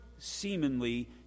seemingly